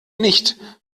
nicht